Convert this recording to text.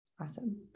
Awesome